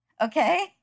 Okay